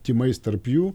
tymais tarp jų